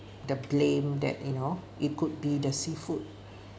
the blame that you know it could be the seafood